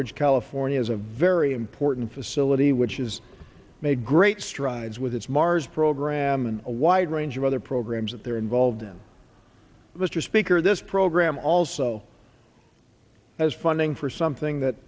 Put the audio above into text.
ridge california is a very important facility which has made great strides with its mars program and a wide range of other programs that they're involved in mr speaker this program also has funding for something that